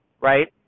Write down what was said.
Right